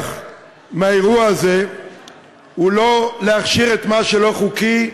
שהלקח מהאירוע הזה הוא לא להכשיר את מה שלא חוקי,